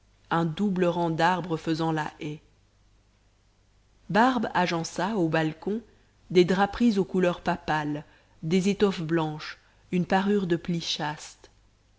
un double rang d'arbres faisant la haie barbe agença au balcon des draperies aux couleurs papales des étoffes blanches une parure de plis chastes